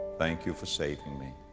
thank you for saving me.